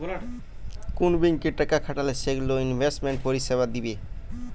কুন ব্যাংকে টাকা খাটালে সেগুলো ইনভেস্টমেন্ট পরিষেবা দিবে